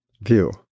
view